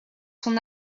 son